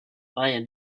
brian